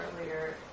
earlier